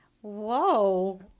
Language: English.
Whoa